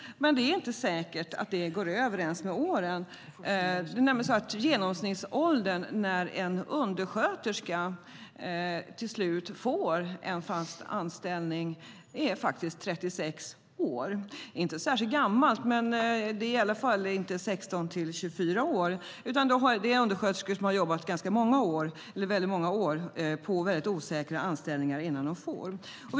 Men det är alltså inte säkert att det går över ens med åren. Genomsnittsåldern för när en undersköterska till slut får en fast anställning är nämligen 36 år. Det är inte särskilt gammalt, men det är i alla fall inte 16-24 år. Det är undersköterskor som har jobbat väldigt många år på mycket osäkra anställningar innan de får ett fast jobb.